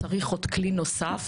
צריך עוד כלי נוסף.